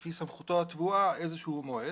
לפי סמכותו הטבועה איזשהו מועד,